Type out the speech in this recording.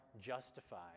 justified